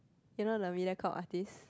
you know the Mediacorp artist